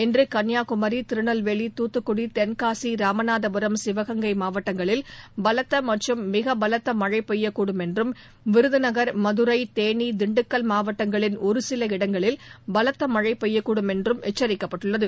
இன்று கன்னியாகுமி திருநெல்வேலி துத்துக்குடி தென்காசி ராமநாதபுரம் சிவகங்கை மாவட்டங்களில் பலத்த மற்றும் மிக பலத்த மழை பெய்யக்கூடும் என்றும் விருதுநகர் மதுரை தேளி திண்டுக்கல் மாவட்டங்களின் ஒருசில இடங்களில் பலத்த மழழ பெய்யக்கூடும் என்றம் எச்சிக்கப்பட்டுள்ளது